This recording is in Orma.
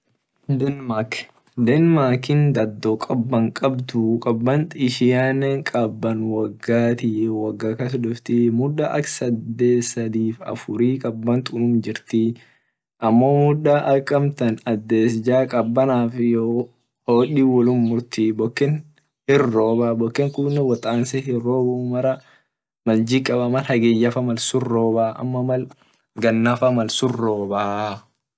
Denmark dado kaban kabdu kaban ishiane kaban woga kabduu woga kas duftii muda ak ades sidif afuri kaban unum jirtii amo won ak ades jaf kabanafa hod wolum murtii bokene hinrobaa mal ak hageya mal ganafa mal sun robaa.